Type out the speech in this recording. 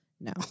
No